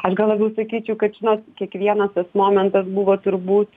aš gal labiau sakyčiau kad žinot kiekvienas momentas buvo turbūt